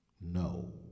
no